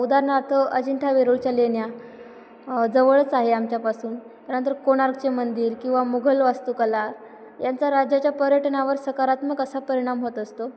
उदाहरणार्थ अजिंठा वेरूळच्या लेण्या जवळच आहे आमच्यापासून त्यानंतर कोणार्कचे मंदिर किंवा मुघल वास्तुकला यांचा राज्याच्या पर्यटनावर सकारात्मक असा परिणाम होत असतो